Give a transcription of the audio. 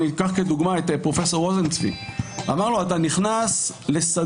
אקח לדוגמה את פרופ' רוזן צבי שאמר לו: אתה נכנס לשדה